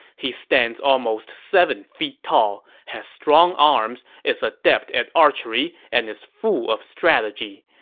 he stands almost seven feet tall, has strong arms, is adept at archery, and is full of strategy.